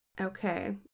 Okay